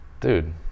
Dude